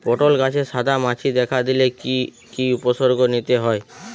পটল গাছে সাদা মাছি দেখা দিলে কি কি উপসর্গ নিতে হয়?